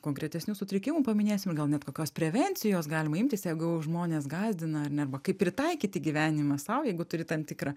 konkretesnių sutrikimų paminėsim gal net kokios prevencijos galima imtis jeigu žmonės gąsdina ar ne arba kaip pritaikyti gyvenimą sau jeigu turi tam tikrą